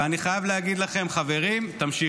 ואני חייב להגיד לכם, חברים: תמשיכו.